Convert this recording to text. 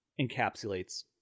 encapsulates